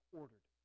ordered